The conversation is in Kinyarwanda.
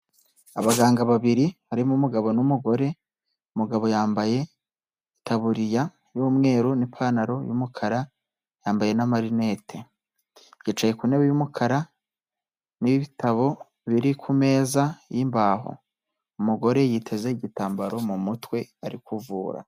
Abaganga babiri harimo umugabo n'umugore, umugabo yambaye itaburiya y'umweru n'ipantaro y'umukara, yambaye n'amarinete. Yicaye ku ntebe y'umukara n'ibitabo biri ku meza y'imbaho. Umugore yiteze igitambaro mu mutwe ari kuvura.